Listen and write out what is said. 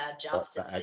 justice